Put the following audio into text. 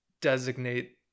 designate